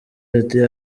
ati